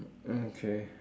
okay